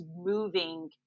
moving